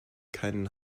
keinen